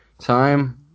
time